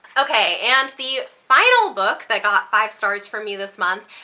okay and the final book that got five stars for me this month,